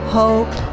hope